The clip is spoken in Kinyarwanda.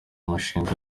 mushinga